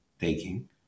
taking